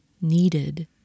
needed